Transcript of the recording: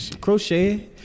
Crochet